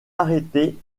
arrêtée